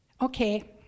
Okay